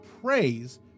praise